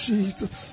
Jesus